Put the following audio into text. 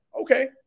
okay